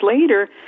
later